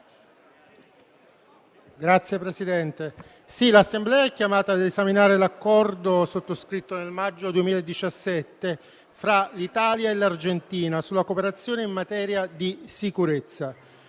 Signor Presidente, l'Assemblea è chiamata a esaminare l'accordo sottoscritto nel maggio 2017 tra l'Italia e l'Argentina sulla cooperazione in materia di sicurezza.